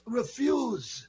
refuse